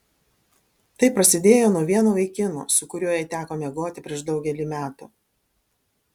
tai prasidėjo nuo vieno vaikino su kuriuo jai teko miegoti prieš daugelį metų